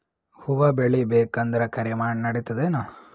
ಹುವ ಬೇಳಿ ಬೇಕಂದ್ರ ಕರಿಮಣ್ ನಡಿತದೇನು?